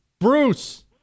Bruce